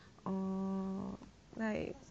orh like